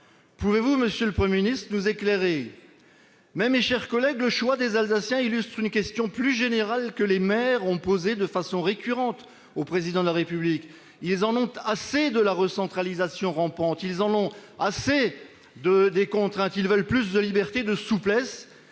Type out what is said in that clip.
Pouvez-vous, monsieur le Premier ministre, nous éclairer ? Cependant, mes chers collègues, le choix des Alsaciens illustre une question plus générale, que les maires ont posée de façon récurrente au Président de la République. Ces derniers en ont assez de la recentralisation rampante ; ils en ont assez des contraintes ; ils veulent plus de liberté, de souplesse